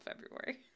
February